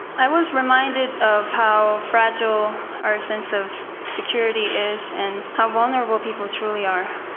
i was reminded of how fragile our sense of security is and how vulnerable people truly are.